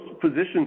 positions